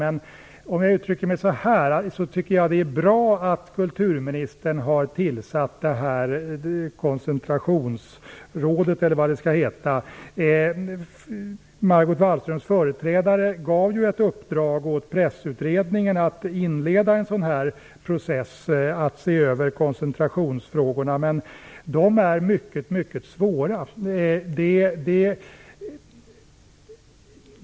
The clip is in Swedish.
Men jag tycker att det är bra att kulturministern har tillsatt Koncentrationsrådet, eller vad det nu skall heta. Margot Wallströms företrädare gav ett uppdrag åt Pressutredningen att inleda processen att se över koncentrationsfrågorna, men dessa frågor är mycket svåra.